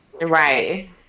Right